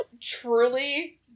Truly